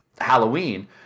halloween